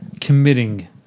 committing